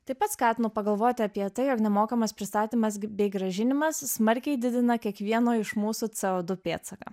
taip pat skatinu pagalvoti apie tai jog nemokamas pristatymas gi bei grąžinimas smarkiai didina kiekvieno iš mūsų cėo du pėdsaką